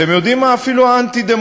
אתם יודעים מה, אפילו האנטי-דמוקרטי.